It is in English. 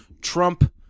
Trump